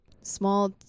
small